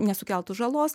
nesukeltų žalos